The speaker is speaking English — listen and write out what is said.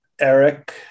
Eric